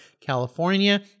California